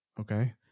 okay